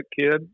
kid